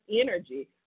energy